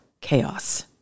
chaos